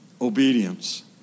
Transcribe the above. obedience